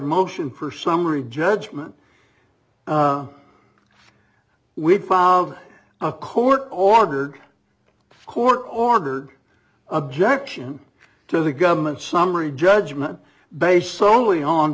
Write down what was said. motion for summary judgment we filed a court ordered court ordered objection to the government summary judgment based solely on